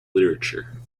literature